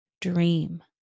dream